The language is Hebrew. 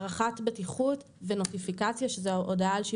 הערכת בטיחות ונוטיפיקציה שזאת הודעה על שיווק,